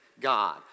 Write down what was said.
God